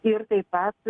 ir taip pat